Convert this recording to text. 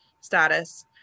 status